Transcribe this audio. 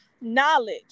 knowledge